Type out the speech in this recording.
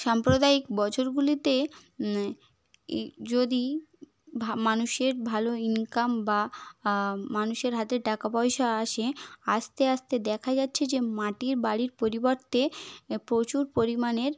সাম্প্রদায়িক বছরগুলিতে যদি মানুষের ভালো ইনকাম বা মানুষের হাতে টাকা পয়সা আসে আস্তে আস্তে দেখা যাচ্ছে যে মাটির বাড়ির পরিবর্তে এ প্রচুর পরিমাণের